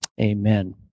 Amen